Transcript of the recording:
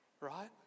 right